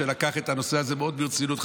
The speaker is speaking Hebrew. שלקח את הנושא הזה מאוד ברצינות,